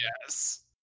Yes